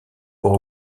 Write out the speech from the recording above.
pour